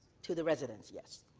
to the residents, yes.